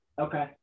Okay